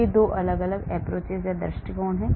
ये 2 अलग अलग दृष्टिकोण हैं